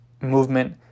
movement